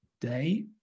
day